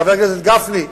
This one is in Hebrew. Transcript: חבר הכנסת גפני.